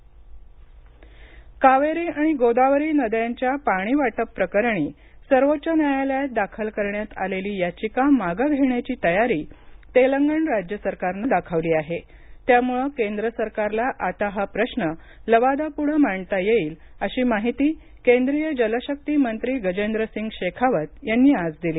कावेरी गोदावरी पाणी वाटप कावेरी आणि गोदावरी नद्यांच्या पाणी वाटप प्रकरणी सर्वोच्च न्यायालयात दाखल करण्यात आलेली याचिका मागे घेण्याची तयारी तेलंगण राज्य सरकारने दाखवली आहे त्यामुळे कैंद्र सरकारला आता हा प्रश्न लवादापुढे मांडता येईल अशी माहिती केंद्रीय जल शक्ती मंत्री गर्जेद्र सिंघ शेखावत यांनी आज दिली